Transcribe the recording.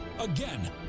Again